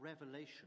revelation